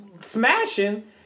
smashing